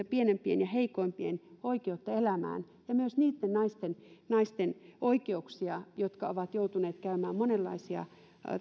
pienimpien ja heikoimpien oikeutta elämään ja myös niitten naisten naisten oikeuksia jotka ovat joutuneet käymään läpi monenlaisia